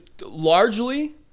largely